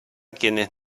quienes